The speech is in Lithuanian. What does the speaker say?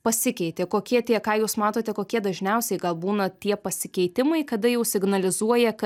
pasikeitė kokie tie ką jūs matote kokie dažniausiai gal būna tie pasikeitimai kada jau signalizuoja kad